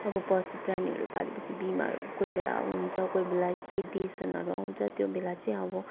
अब पशु प्राणीहरू पालेपछि बिमार कोही बेला हुन्छ कोही बेला के देसानहरू आउँछ त्यो बेला चाहिँ अब